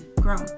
grown